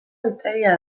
hiztegia